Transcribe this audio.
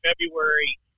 February